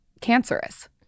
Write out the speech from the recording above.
cancerous